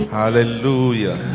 hallelujah